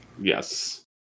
Yes